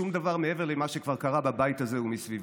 שום דבר מעבר למה שכבר קרה בבית הזה ומסביבו.